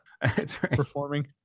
Performing